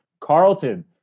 Carlton